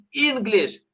english